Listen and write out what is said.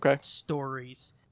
stories